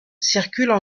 circulent